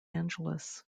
angeles